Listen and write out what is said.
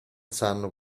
sanno